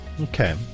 Okay